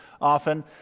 often